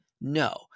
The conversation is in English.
No